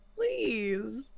Please